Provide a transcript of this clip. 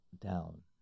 down